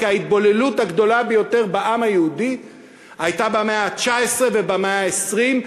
כי ההתבוללות הגדולה בעם היהודי הייתה במאה ה-19 ובמאה ה-20,